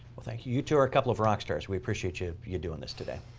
well, thank you. you two are a couple of rock stars. we appreciate you you doing this today.